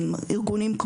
ראש אגף בכיר רישוי עסקים,